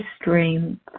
stream